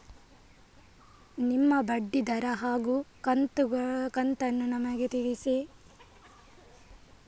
ನಿಮ್ಮ ಬಡ್ಡಿದರ ಹಾಗೂ ಕಂತನ್ನು ನನಗೆ ತಿಳಿಸಿ?